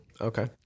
Okay